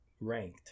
ranked